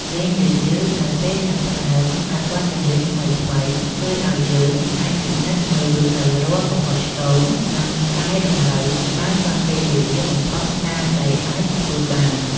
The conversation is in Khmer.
លេងយឺតៗនៅពេលចាប់ផ្តើមហាត់បទចម្រៀងថ្មីៗជួយឱ្យយើងអាចពិនិត្យមើលនូវរាល់កំហុសឆ្គង និងកែតម្រូវបានទាន់ពេលវេលាបំផុតតាមដែលអាចធ្វើបាន។